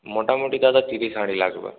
মোটামুটি দাদা তিরিশ হাঁড়ি লাগবে